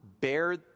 bear